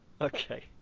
Okay